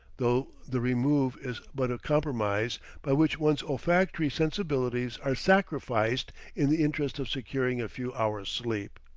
though the remove is but a compromise by which one's olfactory sensibilities are sacrificed in the interest of securing a few hours' sleep.